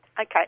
okay